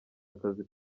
akazi